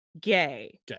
gay